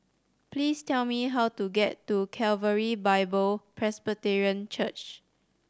please tell me how to get to Calvary Bible Presbyterian Church